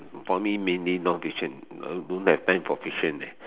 for me mainly non fiction uh don't have time for fiction eh